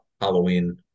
Halloween